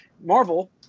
Marvel